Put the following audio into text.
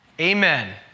Amen